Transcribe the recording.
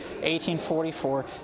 1844